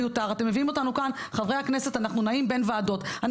אתם מביאים אותנו כאן חברי הכנסת אנחנו נעים בין ועדות אני